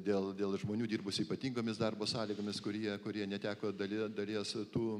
dėl dėl žmonių dirbusių ypatingomis darbo sąlygomis kurie kurie neteko dalie dalies tų